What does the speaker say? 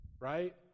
right